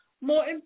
more